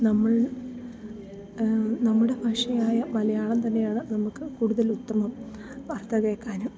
നമ്മൾ നമ്മുടെ ഭാഷയായ മലയാളം തന്നെയാണ് നമുക്ക് കൂടുതൽ ഉത്തമം വാർത്ത കേൾക്കാനും